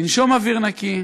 לנשום אוויר נקי,